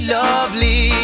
lovely